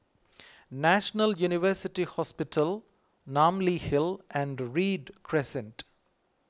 National University Hospital Namly Hill and Read Crescent